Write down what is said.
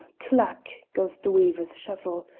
clack! goes the weaver's shuttle!